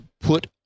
put